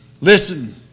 Listen